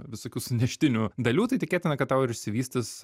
visokių suneštinių dalių tai tikėtina kad tau ir išsivystys